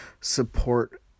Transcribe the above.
Support